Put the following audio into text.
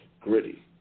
gritty